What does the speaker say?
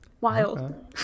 Wild